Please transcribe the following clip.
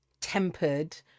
tempered